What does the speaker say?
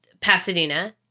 pasadena